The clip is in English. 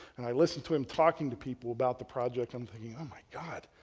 and i listened to him talking to people about the project. i'm thinking, oh, my god.